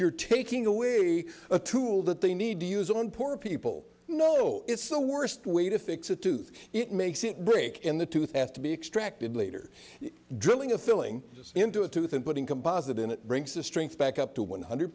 you're taking away a tool that they need to use on poor people you know it's the worst way to fix a tooth it makes it big in the tooth as to be extracted later drilling a filling into a tooth and putting composite in it brings the strength back up to one hundred